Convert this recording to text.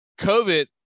COVID